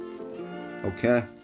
Okay